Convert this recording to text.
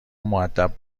مودب